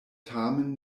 tamen